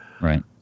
Right